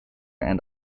and